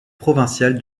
provincial